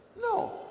no